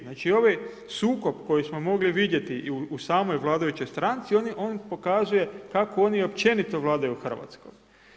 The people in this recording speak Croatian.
Znači ovaj sukob koji smo mogli vidjeti i u samoj vladajućoj stranci on pokazuje kako oni općenito vladaju Hrvatskoj.